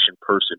person